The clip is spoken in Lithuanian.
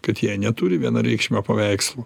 kad jei neturi vienareikšmio paveikslų